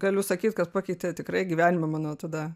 galiu sakyt kas pakeitė tikrai gyvenimą mano tada